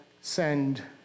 send